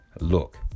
Look